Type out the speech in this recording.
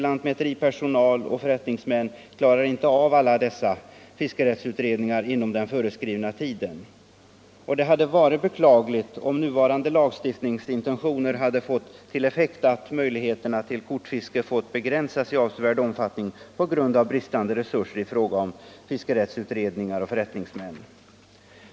Lantmäteripersonal och förrättningsmän klarar inte av dessa fiskerättsutredningar inom den föreskrivna tiden. Det hade varit beklagligt om nuvarande lagstiftningsintentioner hade fått till effekt att möjligheterna till kortfiske fått begränsas i avsevärd omfattning på grund av bristande resurser i fråga om fiskerättsutredningar och förrättningsmän.